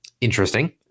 Interesting